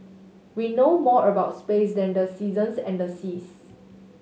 we know more about space than the seasons and the seas